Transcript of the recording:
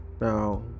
now